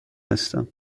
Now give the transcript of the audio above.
هستم